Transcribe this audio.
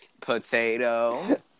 Potato